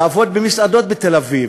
לעבוד במסעדות בתל-אביב,